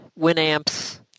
Winamp's